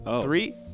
Three